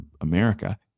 America